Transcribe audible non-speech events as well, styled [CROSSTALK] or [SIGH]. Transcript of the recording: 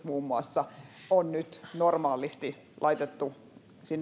[UNINTELLIGIBLE] muun muassa indeksijäädytykset on nyt normaalisti laitettu